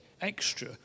extra